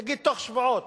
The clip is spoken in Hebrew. נגיד בתוך שבועות,